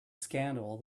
scandal